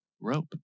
rope